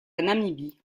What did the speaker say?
namibie